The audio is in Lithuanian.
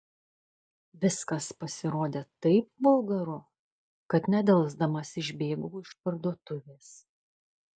viskas pasirodė taip vulgaru kad nedelsdamas išbėgau iš parduotuvės